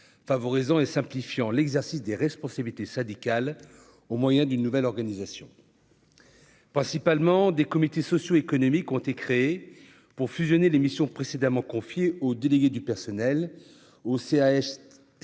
favorisant et simplifiant l'exercice des responsabilités syndicales au moyen d'une nouvelle organisation. Des comités sociaux et économiques ont été créés pour fusionner les missions précédemment confiées aux délégués du personnel, aux CHSCT